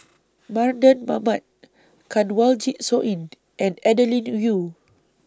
Mardan Mamat Kanwaljit Soin and Adeline